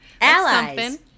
Allies